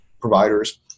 providers